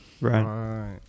right